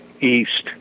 east